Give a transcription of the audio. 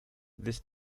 this